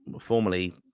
formerly